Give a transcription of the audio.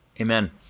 amen